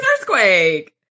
earthquake